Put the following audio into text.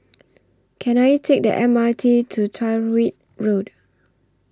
Can I Take The M R T to Tyrwhitt Road